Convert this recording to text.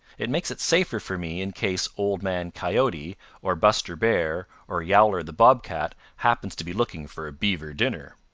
it makes it safer for me in case old man coyote or buster bear or yowler the bobcat happens to be looking for a beaver dinner.